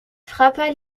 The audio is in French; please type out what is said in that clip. frappa